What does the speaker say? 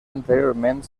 anteriorment